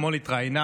שאתמול התראיינה,